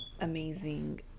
amazing